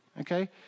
okay